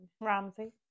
Ramsey